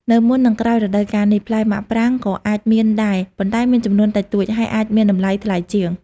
នៅមុន និងក្រោយរដូវកាលនេះ ផ្លែមាក់ប្រាងក៏អាចមានដែរ ប៉ុន្តែមានចំនួនតិចតួច ហើយអាចមានតម្លៃថ្លៃជាង។